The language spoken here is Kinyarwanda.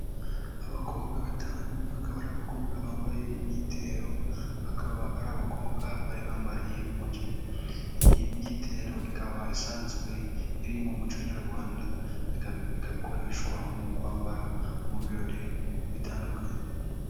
Abakobwa batanu akaba ari abakobwa bambaye imyitero akaba ari abakobwa bari bambariye umugeni, iyi myitero ikaba isanzwe iri mu muco nyarwanda ikaba ikoreshwa mu kwambara mu birori bitandukanye.